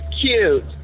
cute